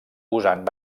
usant